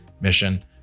mission